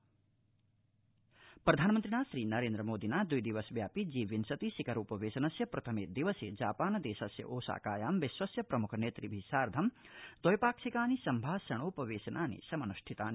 प्रधानमन्त्री ओसका प्रधानमन्त्रिणा श्रीनरेन्द्रमोदिना द्वि दिवस व्यापि जी विंशति शिखरोपवेशनस्य प्रथमे दिवसे जापान देशस्य ओसाकायां विश्वस्य प्रमुख नेतृभि साधं द्वैपाक्षिकानि सम्भाषणोपवेशनानि समन्ष्टितानि